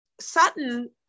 Sutton